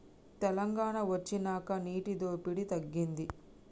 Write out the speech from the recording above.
తెలంగాణ వొచ్చినాక నీటి దోపిడి తగ్గింది